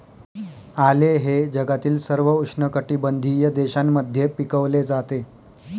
आले हे जगातील सर्व उष्णकटिबंधीय देशांमध्ये पिकवले जाते